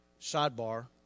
Sidebar